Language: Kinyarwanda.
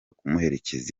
kumuherekeza